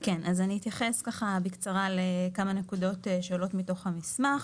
כן, אני אתייחס לכמה נקודות שעולות מתוך המסמך.